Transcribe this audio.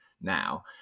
now